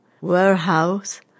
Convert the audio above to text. warehouse